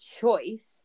choice